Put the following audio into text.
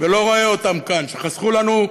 ולא רואה אותם כאן, שחסכו לנו,